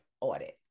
audit